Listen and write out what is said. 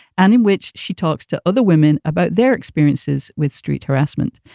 and in which she talks to other women about their experiences with street harassment.